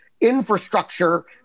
infrastructure